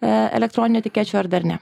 elektroninių etikečių ar dar ne